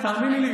תאמיני לי,